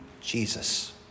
Jesus